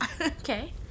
Okay